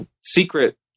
secret